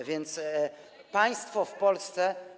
A więc państwo w Polsce.